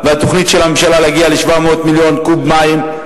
והתוכנית של הממשלה היא להגיע ל-700 מיליון קוב מים,